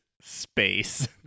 space